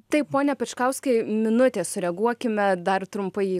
taip pone pečkauskai minutė sureaguokime dar trumpai